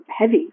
heavy